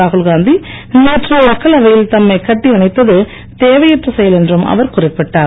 ராகுல்காந்தி நேற்று மக்களவையில் தம்மை கட்டியணைத்தது தேவையற்ற செயல் என்றும் அவர் குறிப்பிட்டார்